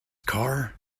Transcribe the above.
car